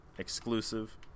exclusive